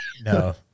No